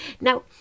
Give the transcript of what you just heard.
now